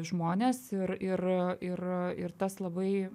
žmones ir ir ir ir tas labai